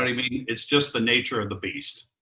i mean? it's just the nature of the beast.